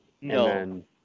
No